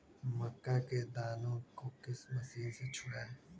मक्का के दानो को किस मशीन से छुड़ाए?